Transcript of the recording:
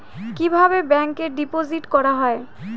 কিভাবে ব্যাংকে ডিপোজিট করা হয়?